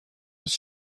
was